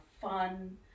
fun